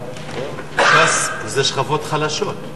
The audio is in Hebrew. ש"ס זה שכבות חלשות.